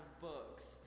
books